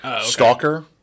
Stalker